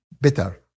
better